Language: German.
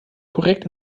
korrekt